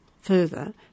further